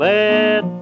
Let